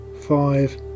five